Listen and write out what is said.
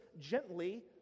gently